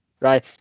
right